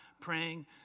praying